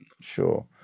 sure